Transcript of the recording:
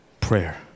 Prayer